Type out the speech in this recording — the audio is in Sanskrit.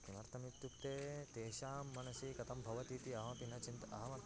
किमर्थमित्युक्ते तेषां मनसि कथं भवतीति अहमपि न चिन्तये अहमपि